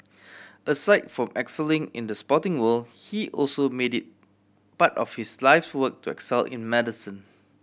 aside from excelling in the sporting world he also made it part of his life's work to excel in medicine